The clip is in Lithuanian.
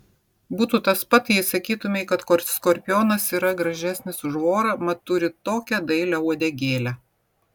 būtų tas pat jei sakytumei kad skorpionas yra gražesnis už vorą mat turi tokią dailią uodegėlę